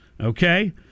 Okay